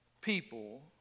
people